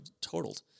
totaled